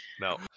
No